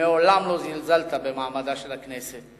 מעולם לא זלזלת במעמדה של הכנסת.